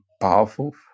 powerful